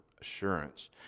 assurance